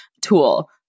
tool